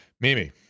Mimi